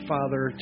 Father